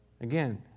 Again